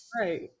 Right